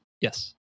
yes